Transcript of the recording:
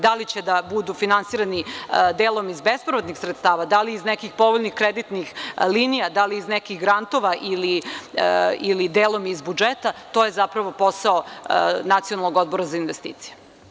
Da li će da budu finansirani delom iz bespovratnih sredstava, da li iz nekih povoljnih kreditnih linija, da li ih nekih grantova ili delom iz budžeta, to je zapravo posao Nacionalnog odbora za investicije.